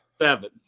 Seven